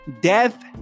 death